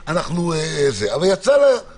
כך זה גם בהרבה מאוד ישובים אחרים.